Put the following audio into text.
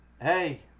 hey